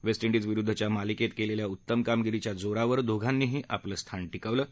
waste इंडिजविरुद्धच्या मालिकेत केलेल्या उत्तम कामगिरीच्या जोरावर दोघांनीही आपलं स्थान टिकवलं आहे